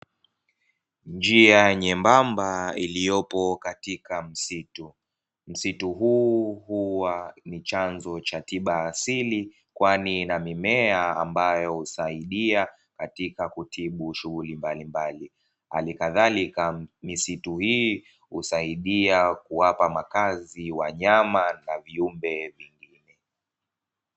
Njia nyembamba iliyopo katika msitu, msitu huu huwa ni chanzo cha tiba asili kwani inamimea ambayo husaidia katika kutibu shughuli mbalimbali, halikadhalika misitu hii husaidia kuwapa makazi wanyama na viumbe wengine.